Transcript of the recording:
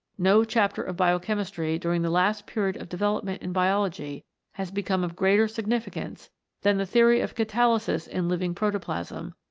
no chapter of biochemistry during the last period of development in biology has become of greater significance than the theory of catalysis in living protoplasm,